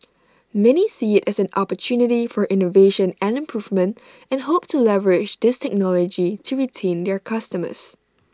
many see IT as an opportunity for innovation and improvement and hope to leverage this technology to retain their customers